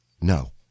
no